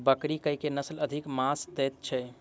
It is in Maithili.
बकरी केँ के नस्ल अधिक मांस दैय छैय?